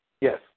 Yes